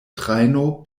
trajno